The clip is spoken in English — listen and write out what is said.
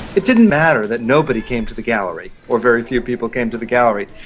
it didn't matter that nobody came to the gallery, or very few people came to the gallery,